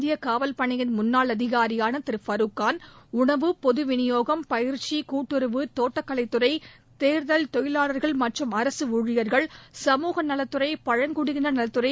இந்திய காவல்பணியின் முன்னாள் அதிகாரியான திரு ஃபரூக்கான் உணவு பொது விநியோகம் பயிற்சி கூட்டுறவு தோட்டக்கலைத்துறை தேர்தல் தொழிவாளர்கள் மற்றும் அரசு ஊழியர்கள் சமூகநலத்துறை பழங்குடியினர் நலத்துறை